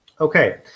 Okay